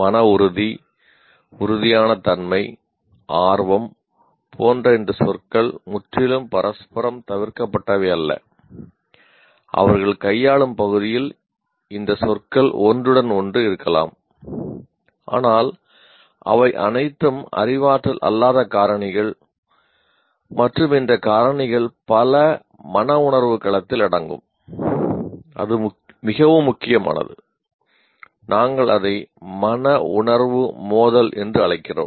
மன உறுதி உறுதியான தன்மை ஆர்வம் போன்ற இந்த சொற்கள் முற்றிலும் பரஸ்பரம் தவிர்க்கப்பட்டவை அல்ல அவர்கள் கையாளும் பகுதியில் இந்த சொற்கள் ஒன்றுடன் ஒன்று இருக்கலாம் ஆனால் அவை அனைத்தும் அறிவாற்றல் அல்லாத காரணிகள் மற்றும் இந்த காரணிகள் பல மனவுணர்வு களத்தில் என்று அழைக்கிறோம்